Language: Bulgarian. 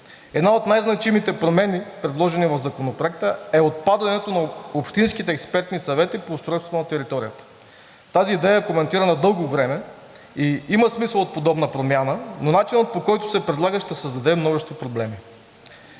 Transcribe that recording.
Една от най-значимите промени, предложени в Законопроекта, е отпадането на общинските експертни съвети по устройството на територията. Тази идея е коментирана дълго време и има смисъл от подобна промяна, но начинът, по който се предлага, ще създаде множество проблеми.